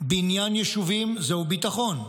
בניין יישובים, זהו ביטחון.